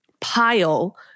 pile